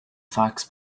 fox